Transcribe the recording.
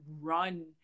run